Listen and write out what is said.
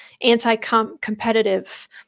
anti-competitive